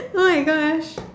!oh-my-gosh!